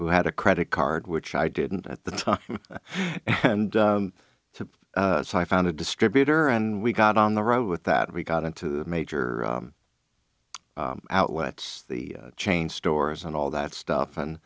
who had a credit card which i didn't at the time and to found a distributor and we got on the road with that we got into major outlets the chain stores and all that stuff and